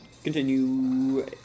Continue